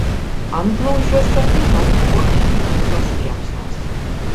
antblauzdžiuose taip pat buvo išraižytos liepsnos